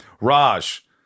Raj